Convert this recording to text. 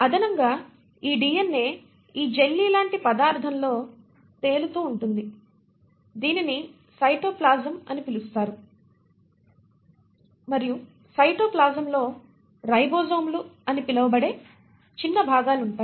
అదనంగా ఈ DNA ఈ జెల్లీలాంటి పదార్ధంలో తేలుతూ ఉంటుంది దీనిని సైటోప్లాజమ్ అని పిలుస్తారు మరియు సైటోప్లాజంలో రైబోజోమ్లు అని పిలువబడే చిన్న చిన్న భాగాలు ఉంటాయి